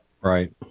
Right